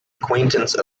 acquaintance